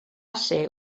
ser